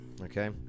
Okay